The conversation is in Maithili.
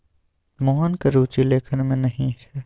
मोहनक रुचि लेखन मे नहि छै